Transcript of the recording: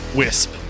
wisp